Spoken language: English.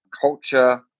culture